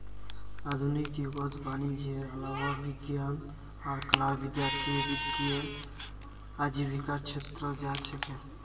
आधुनिक युगत वाणिजयेर अलावा विज्ञान आर कलार विद्यार्थीय वित्तीय आजीविकार छेत्रत जा छेक